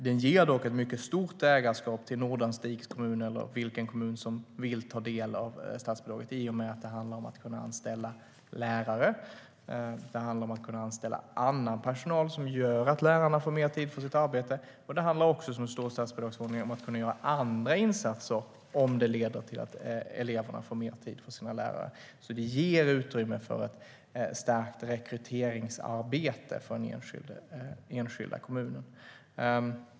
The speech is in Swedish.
Den ger dock ett mycket stort ägarskap till Nordanstigs kommun eller någon annan kommun som vill ta del av statsbidraget i och med att det handlar om att kunna anställa lärare och annan personal som gör att lärarna får mer tid för sitt arbete. Det handlar också om, som det står i statsbidragsförordningen, att kunna göra andra insatser om de leder till att lärarna får mer tid för sina elever. Det ger utrymme för ett stärkt rekryteringsarbete för den enskilda kommunen.